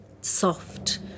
soft